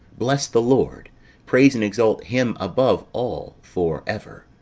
bless the lord praise and exalt him above all for ever.